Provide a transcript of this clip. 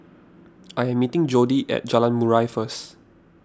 I am meeting Jodi at Jalan Murai first